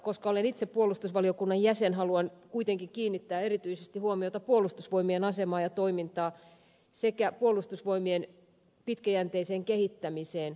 koska olen itse puolustusvaliokunnan jäsen haluan kuitenkin kiinnittää erityisesti huomiota puolustusvoimien asemaan ja toimintaan sekä puolustusvoimien pitkäjänteiseen kehittämiseen